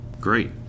Great